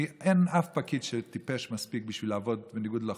כי אין אף פקיד שטיפש מספיק בשביל לעבוד בניגוד לחוק,